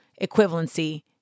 equivalency